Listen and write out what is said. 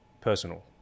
personal